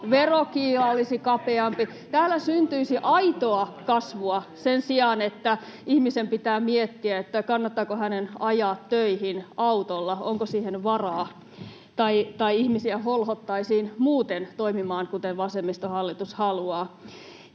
verokiila olisi kapeampi. Täällä syntyisi aitoa kasvua sen sijaan, että ihmisen pitää miettiä, kannattaako hänen ajaa töihin autolla, onko siihen varaa, tai ihmisiä holhotaan muuten toimimaan kuten vasemmistohallitus haluaa.